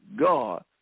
God